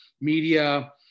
media